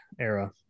era